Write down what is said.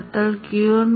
8871 ஐக் கொடுக்கவும்